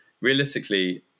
realistically